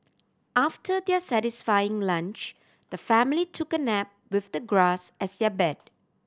after their satisfying lunch the family took a nap with the grass as their bed